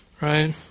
right